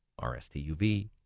RSTUV